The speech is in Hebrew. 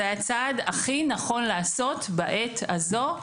זה הצעד הכי נכון לעשות בעת הזו.